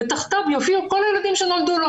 ותחתיו יופיעו כל הילדים שנולדו לו,